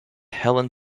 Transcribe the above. helen